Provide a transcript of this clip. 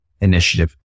initiative